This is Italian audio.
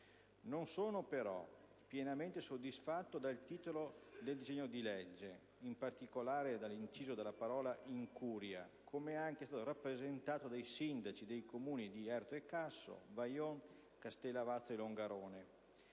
Non sono però pienamente soddisfatto del titolo del disegno di legge, in particolare della parola "incuria", come è stato rappresentato anche dai sindaci dei comuni di Erto e Casso, Vajont, Castellavazzo e Longarone;